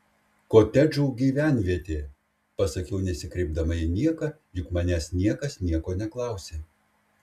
kotedžų gyvenvietė pasakiau nesikreipdama į nieką juk manęs niekas nieko neklausė